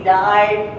died